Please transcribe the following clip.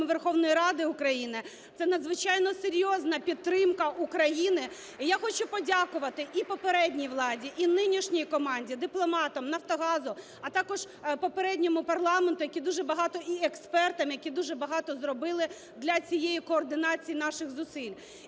Верховної Ради України. Це надзвичайно серйозна підтримка України. І я хочу подякувати і попередній владі і нинішній команді, дипломатам, "Нафтогазу", а також попередньому парламенту, який дуже багато, і експертам, які дуже багато зробили для цієї координації наших зусиль.